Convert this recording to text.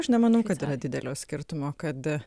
aš nemanau kad yra didelio skirtumo kad